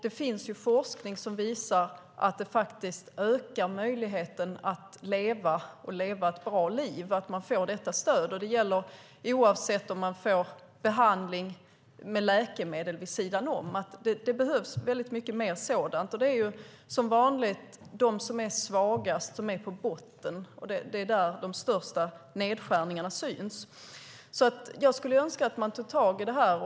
Det finns forskning som visar att det ökar möjligheten att leva och leva ett bra liv att man får detta stöd. Det gäller oavsett om man får behandling med läkemedel vid sidan om. Det behövs mycket mer sådant. Det är som vanligt de som är svagast som är på botten, och det är där de största nedskärningarna syns. Jag skulle alltså önska att man tog tag i detta.